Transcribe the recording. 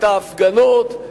את ההפגנות,